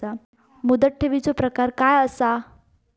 मुदत ठेवीचो प्रकार काय असा?